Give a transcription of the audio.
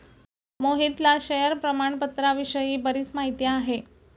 मोहितला शेअर प्रामाणपत्राविषयी बरीच माहिती आहे